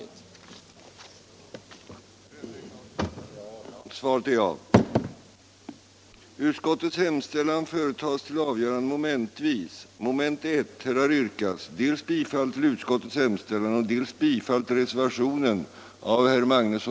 den det ej vill röstar nej.